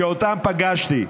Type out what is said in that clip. שאותן פגשתי,